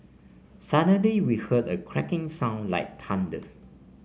suddenly we heard a cracking sound like thunder